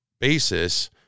basis